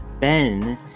ben